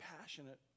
passionate